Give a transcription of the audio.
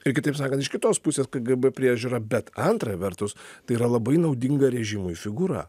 ir kitaip sakant iš kitos pusės kgm priežiūra bet antra vertus tai yra labai naudinga režimui figūra